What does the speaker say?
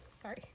Sorry